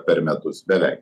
per metus beveik